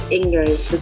English